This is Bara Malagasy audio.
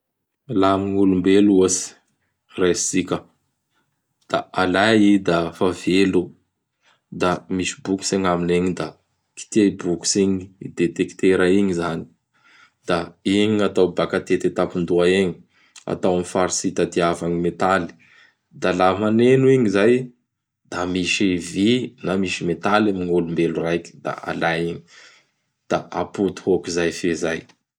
Laha gny olombelo ohatsy raisitsika: "Da alay i da fa velo; da misy bokitsy agnaminy egny; da kitia i bokotsy igny "i detektera igny izany"; da igny gny atao baka atety atapindoha egny; atao amin'gny faritsy itadiava gny metaly; da laha magneny igny izay; da misy vy na misy metaky amin'gny olombelo raiky; da alay igny; da apody hôkizay fehizay.